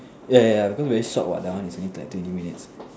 ya ya because very short what that one is only like twenty minutes